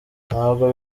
ntabwo